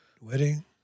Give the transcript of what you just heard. wedding